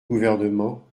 gouvernement